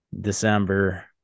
December